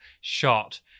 shot